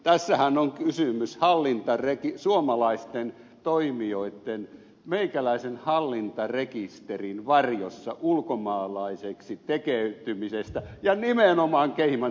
tässähän on kysymys suomalaisten toimijoitten meikäläisen hallintarekisterin varjossa ulkomaalaiseksi tekeytymisestä ja nimenomaan caymansaarilla